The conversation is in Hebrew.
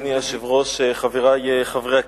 אדוני היושב-ראש, חברי חברי הכנסת,